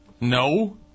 No